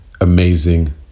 amazing